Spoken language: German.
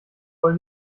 voll